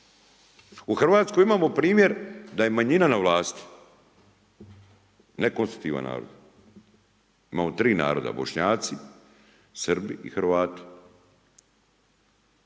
U … imamo primjer da je manjina na vlasti, ne konstitutivan narod imamo tri naroda Bošnjaci, Srbi i Hrvati.